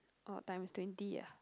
or times twenty ah